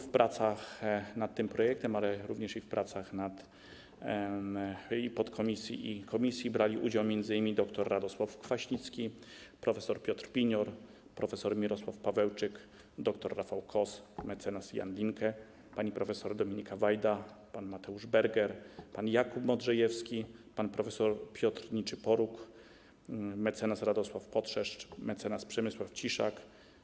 W pracach nad tym projektem, ale również w pracach podkomisji i komisji brali udział m.in. dr Radosław Kwaśnicki, prof. Piotr Pinior, prof. Mirosław Pawełczyk, dr Rafał Kos, mec. Jan Ginko, pani prof. Dominika Wajda, pan Mateusz Berger, pan Jakub Modrzejewski, pan prof. Piotr Niczyporuk, mec. Radosław Potrzeszcz, mec. Przemysław Ciszak.